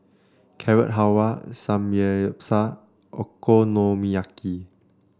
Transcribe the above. Carrot Halwa Samgeyopsal Okonomiyaki